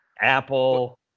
Apple